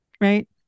Right